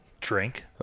drink